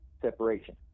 separation